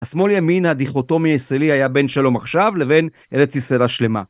השמאל ימין הדיכוטומי הישראלי היה בין שלום עכשיו לבין ארץ ישראל השלמה.